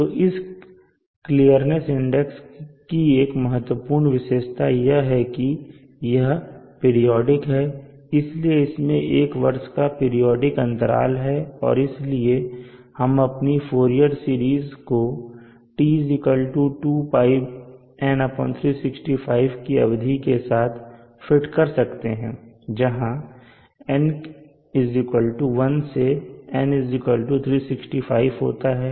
तो इस clearness index की एक महत्वपूर्ण विशेषता यह है कि यह पीरियोडिक है इसलिए इसमें एक वर्ष का पीरियोडिक अंतराल है और इसलिए हम अपनी फोरिअर सीरिज़ को τ 2πN 365 की अवधि के साथ फिट कर सकते हैं जहां N 1 से N 365 होता है